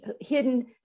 hidden